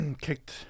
Kicked